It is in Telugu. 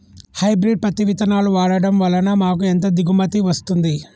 హైబ్రిడ్ పత్తి విత్తనాలు వాడడం వలన మాకు ఎంత దిగుమతి వస్తుంది?